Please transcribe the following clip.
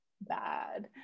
bad